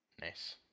Nice